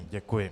Děkuji.